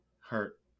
hurt